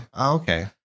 okay